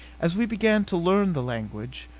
as we began to learn the language,